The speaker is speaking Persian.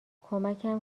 کمکم